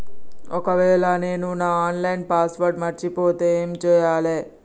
ఒకవేళ నేను నా ఆన్ లైన్ పాస్వర్డ్ మర్చిపోతే ఏం చేయాలే?